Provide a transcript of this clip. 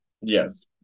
Yes